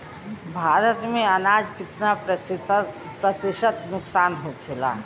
भारत में अनाज कितना प्रतिशत नुकसान होखेला?